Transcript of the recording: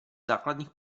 základních